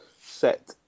set